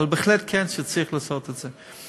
אבל בהחלט כן, צריך לעשות את זה.